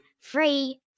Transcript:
Free